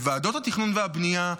לוועדות התכנון והבנייה,